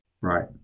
Right